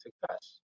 success